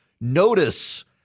Notice